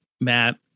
Matt